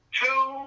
two